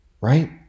Right